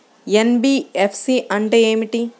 NBFC అంటే ఏమిటి?